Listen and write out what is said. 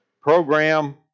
program